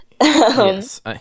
yes